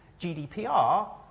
GDPR